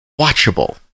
watchable